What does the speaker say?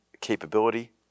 capability